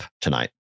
tonight